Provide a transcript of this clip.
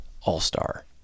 all-star